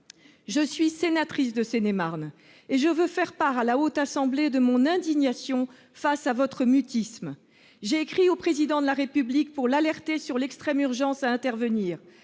Je suis sénatrice de Seine-et-Marne, et je veux faire part à la Haute Assemblée de mon indignation face à votre mutisme. J'ai écrit au Président de la République pour l'alerter sur l'extrême urgence à intervenir.